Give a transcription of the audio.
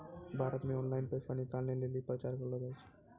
भारत मे ऑनलाइन पैसा निकालै लेली प्रचार करलो जाय छै